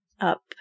up